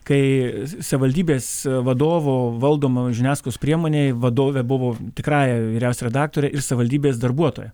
kai savivaldybės vadovo valdomo žiniasklaidos priemonei vadovė buvo tikrąja vyriausia redaktore ir savivaldybės darbuotoja